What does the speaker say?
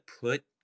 put